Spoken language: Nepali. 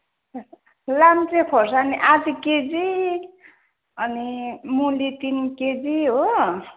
लाम्चे खोर्सानी आधा केजी अनि मुली तिन केजी हो